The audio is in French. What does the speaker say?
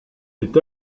est